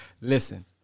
listen